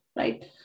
Right